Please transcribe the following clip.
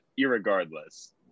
irregardless